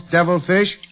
Devilfish